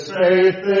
faith